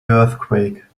earthquake